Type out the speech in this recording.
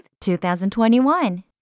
2021